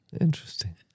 interesting